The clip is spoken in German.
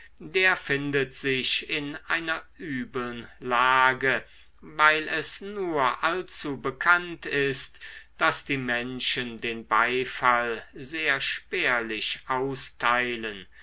der findet sich in einer übeln lage weil es nur allzu bekannt ist daß die menschen den beifall sehr spärlich austeilen